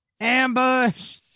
Ambush